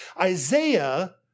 Isaiah